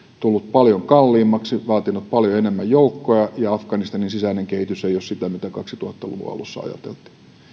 tullut paljon kalliimmaksi vaatinut paljon enemmän joukkoja ja afganistanin sisäinen kehitys ei ole sitä mitä kaksituhatta luvun alussa ajateltiin